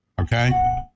okay